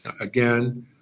Again